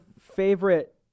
favorite